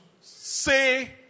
say